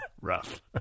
rough